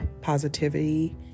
positivity